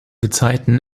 gezeiten